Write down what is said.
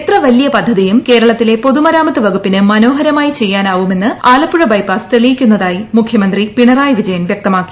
എത്ര വലിയ പദ്ധതിയും കേരളത്തിലെ പൊതുമരാമത്ത് വകുപ്പിന് മനോഹരമായി ചെയ്യാനാവുമെന്ന് ആലപ്പുഴ ബൈപ്പാസ് തെളിയിക്കുന്നതായി മുഖ്യമന്ത്രി പിണറായി വിജയൻ വ്യക്തമാക്കി